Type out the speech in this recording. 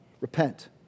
repent